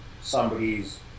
somebody's